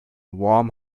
warm